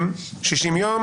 60 יום